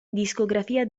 discografia